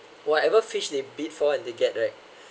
whatever fish they bid for and they get right